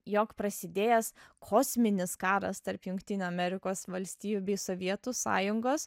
jog prasidėjęs kosminis karas tarp jungtinių amerikos valstijų bei sovietų sąjungos